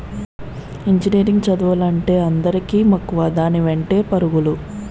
engineering చదువులంటే అందరికీ మక్కువ దాని వెంటే పరుగులు